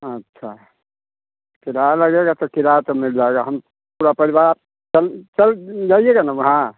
अच्छा किराया लगेगा तो किराया तो मिल जाएगा हम पूरा परिवार आप चल चल जाइएगा ना वहाँ